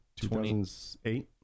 2008